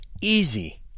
easy